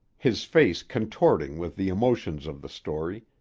his face contorting with the emotions of the story,